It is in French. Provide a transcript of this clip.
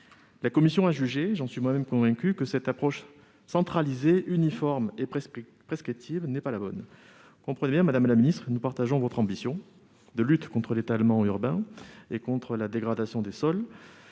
La commission a jugé, et j'en suis moi-même convaincu, que cette approche centralisée, uniforme et prescriptive n'était pas la bonne. Pour autant, comprenez bien, madame la ministre, que nous partageons votre ambition de lutter contre l'étalement urbain et la dégradation des sols.